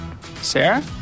Sarah